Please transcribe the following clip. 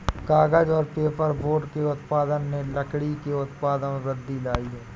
कागज़ और पेपरबोर्ड के उत्पादन ने लकड़ी के उत्पादों में वृद्धि लायी है